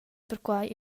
perquai